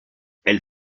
elle